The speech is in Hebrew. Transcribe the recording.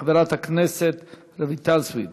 של חברת הכנסת רויטל סויד